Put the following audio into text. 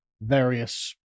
various